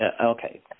okay